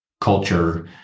culture